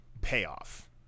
payoff